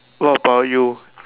what about you